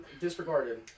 disregarded